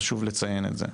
חשוב לציין את זה.